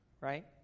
right